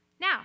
Now